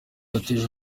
yateje